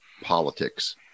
politics